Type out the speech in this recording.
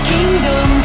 Kingdom